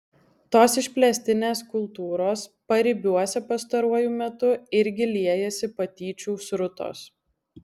tos išplėstinės kultūros paribiuose pastaruoju metu irgi liejasi patyčių srutos